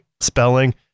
spelling